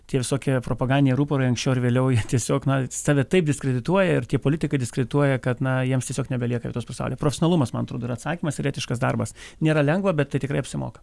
tie visokie propagandiniai ruporai anksčiau ar vėliau jie tiesiog na save taip diskredituoja ir tie politikai diskredituoja kad na jiems tiesiog nebelieka vietos pasaulyje profesionalumas man atrodo yra atsakymas ir etiškas darbas nėra lengva bet tai tikrai apsimoka